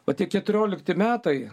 o tie keturiolikti metai